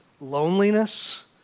loneliness